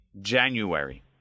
January